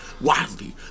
wildly